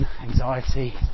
anxiety